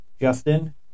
Justin